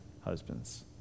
husbands